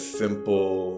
simple